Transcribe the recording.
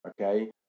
okay